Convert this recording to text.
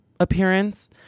Appearance